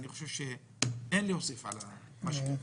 אני חושב שאין להוסיף על מה שנאמר.